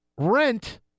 Rent